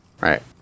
Right